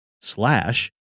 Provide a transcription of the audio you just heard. slash